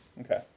Okay